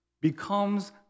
becomes